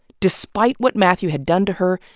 despite what mathew had done to her.